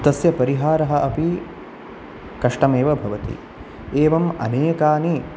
तस्य परिहारः अपि कष्टम् एव भवति एवम् अनेकानि